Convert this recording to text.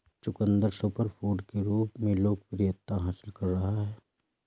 चुकंदर सुपरफूड के रूप में लोकप्रियता हासिल कर रहा है